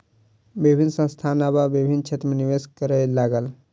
विभिन्न संस्थान आब विभिन्न क्षेत्र में निवेश करअ लागल